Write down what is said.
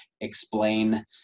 explain